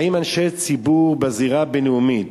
האם אנשי ציבור בזירה הבין-לאומית